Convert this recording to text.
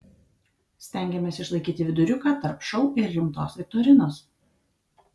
stengėmės išlaikyti viduriuką tarp šou ir rimtos viktorinos